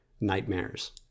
nightmares